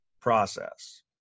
process